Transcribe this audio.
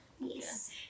Yes